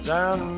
Down